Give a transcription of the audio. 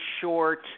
short